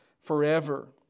forever